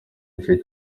gice